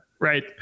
Right